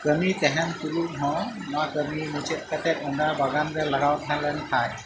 ᱠᱟᱹᱢᱤ ᱛᱟᱦᱮᱱ ᱛᱩᱞᱩᱡ ᱦᱚᱸ ᱱᱚᱣᱟ ᱠᱟᱹᱢᱤ ᱢᱩᱪᱟᱹᱫ ᱠᱟᱛᱮᱫ ᱚᱱᱟ ᱵᱟᱜᱟᱱ ᱨᱮ ᱞᱟᱜᱟᱣ ᱛᱟᱦᱮᱸ ᱞᱮᱱᱠᱷᱟᱱ